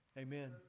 Amen